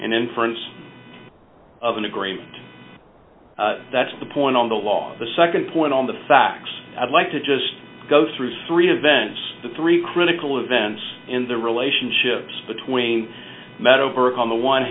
an inference of an agreement that's the point on the law the nd point on the facts i'd like to just go through three events the three critical events in the relationships between met over on the one